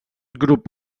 grup